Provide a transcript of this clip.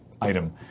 item